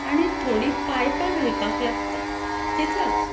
आनी थोडी पायपां घालपाक लागता तितलोच